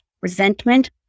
resentment